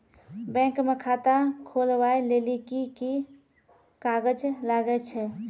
Bank म खाता खोलवाय लेली की की कागज लागै छै?